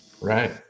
Right